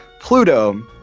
Pluto